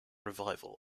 revival